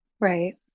Right